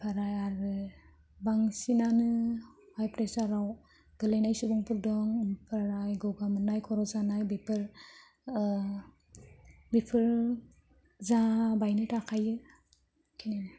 ओमफ्राय आरो बांसिनानो हाइ प्रेसार आव गोलैनाय सुबुंफोर दं ओमफ्राय गगा मोननाय खर' सानाय बेफोर बेफोरो जाबायानो थाखायो